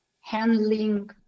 handling